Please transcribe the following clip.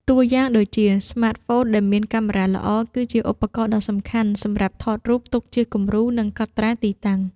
តួយ៉ាងដូចជា ស្មាតហ្វូនដែលមានកាមេរ៉ាល្អ គឺជាឧបករណ៍ដ៏សំខាន់សម្រាប់ថតរូបទុកជាគំរូ និងកត់ត្រាទីតាំង។